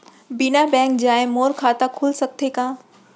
बिना बैंक जाए मोर खाता खुल सकथे का?